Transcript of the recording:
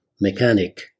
mechanic